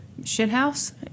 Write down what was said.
Shithouse